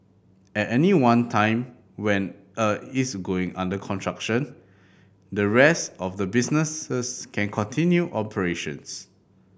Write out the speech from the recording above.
at any one time when a is undergoing construction the rest of the businesses can continue operations